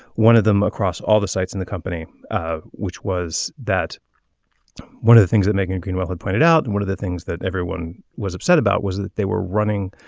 one of them across all the sites in the company ah which was that one of the things that megan greenwell had pointed out and one of the things that everyone was upset about was that they were running